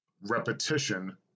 Repetition